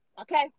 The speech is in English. Okay